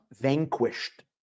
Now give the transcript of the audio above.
vanquished